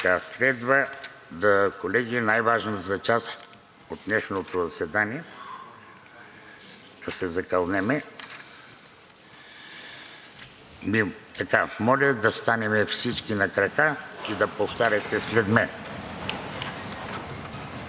Колеги, следва най-важната част от днешното заседание – да се закълнем. Моля да станем всички на крака и да повтаряте след мен.